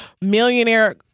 millionaire